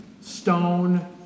stone